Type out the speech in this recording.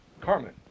Carmen